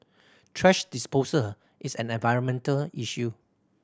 thrash disposal is an environmental issue